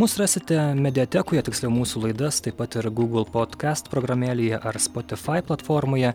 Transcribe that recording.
mus rasite mediatekoje tiksliau mūsų laidas taip pat ir gūgl podkest programėlėje ar spotifai platformoje